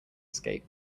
skate